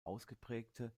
ausgeprägte